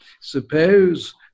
suppose